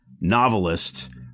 novelist